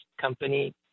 Company